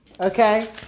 Okay